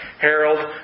Harold